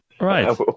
right